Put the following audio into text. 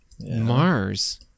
Mars